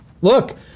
Look